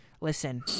listen